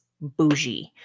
bougie